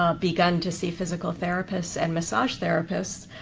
ah begun to see physical therapists and massage therapists.